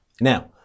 Now